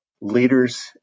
leaders